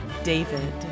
David